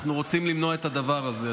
אנחנו רוצים למנוע את הדבר הזה,